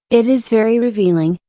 it is very revealing,